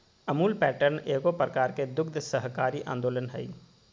Amul pattern एगो प्रकार के दुग्ध सहकारी आन्दोलन हइ